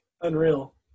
Unreal